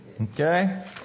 Okay